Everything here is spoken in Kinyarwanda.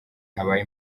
habaye